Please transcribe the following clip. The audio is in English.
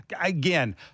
Again